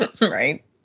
right